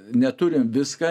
neturim viską